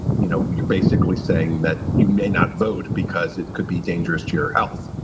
you know, you're basically saying that you may not vote because it could be dangerous to your health